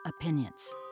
opinions